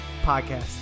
podcast